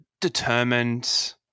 determined